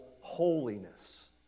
holiness